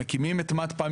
מקימים את מתפ"א,